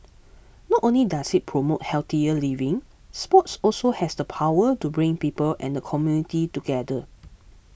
not only does it promote healthier living sports also has the power to bring people and the community together